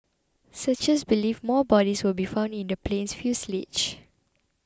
searchers believe more bodies will be found in the plane's fuselage